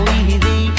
easy